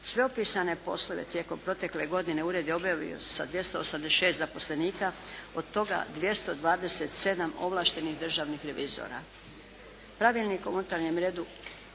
Sve opisane poslove tijekom protekle godine ured je obavio sa 286 zaposlenika, od toga 227 ovlaštenih državnih revizora.